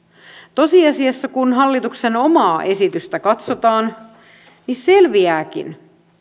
tosiasiassa kun hallituksen omaa esitystä katsotaan selviääkin